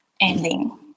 ending